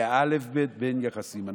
היא האלף-בית ביחסים.